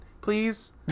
Please